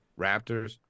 Raptors